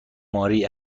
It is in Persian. ماری